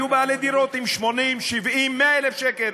יהיו בעלי דירות עם 80,000, 70,000, 100,000 שקל.